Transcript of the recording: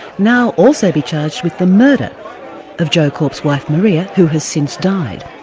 now also be charged with the murder of joe korp's wife maria, who has since died?